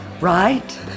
Right